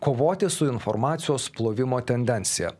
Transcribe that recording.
kovoti su informacijos plovimo tendencija